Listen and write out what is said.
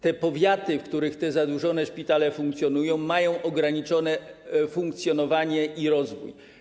Te powiaty, w których zadłużone szpitale funkcjonują, mają ograniczone funkcjonowanie i rozwój.